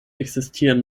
existieren